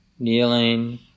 Kneeling